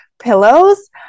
pillows